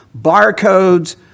barcodes